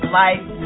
life